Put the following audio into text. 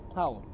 how